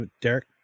Derek